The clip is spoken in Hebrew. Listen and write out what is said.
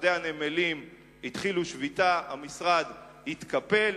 עובדי הנמלים התחילו שביתה, המשרד התקפל.